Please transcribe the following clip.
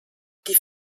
die